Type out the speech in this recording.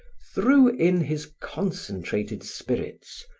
threw in his concentrated spirits,